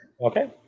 Okay